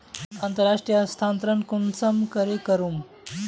अंतर्राष्टीय स्थानंतरण कुंसम करे करूम?